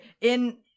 in-